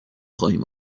خواهیم